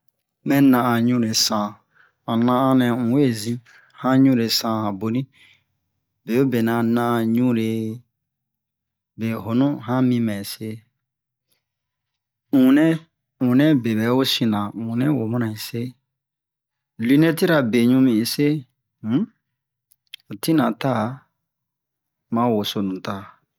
mɛ nahan ɲunɛ san han nahan un we zi an ɲure san han boni beo'be nɛ a nahan ɲure behonu an mi mɛ se unne unne be bɛ o sina unne ho mana unse linɛti la beɲu mi un se un tina ta ma wosonu ta